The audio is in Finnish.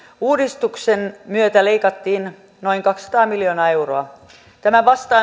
uudistuksen myötä leikattiin noin kaksisataa miljoonaa euroa tämä vastaa